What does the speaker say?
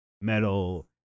metal